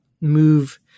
move